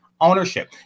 ownership